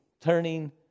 turning